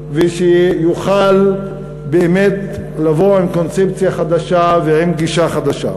ויוכל באמת לבוא עם קונספציה חדשה ועם גישה חדשה.